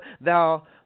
thou